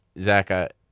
Zach